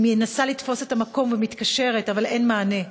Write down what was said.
אני מנסה לתפוס את המקום ומתקשרת, אבל אין מענה.